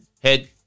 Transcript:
Head